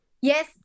Yes